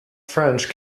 french